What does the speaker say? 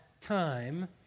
time